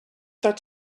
that